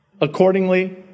accordingly